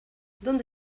dónde